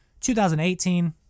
2018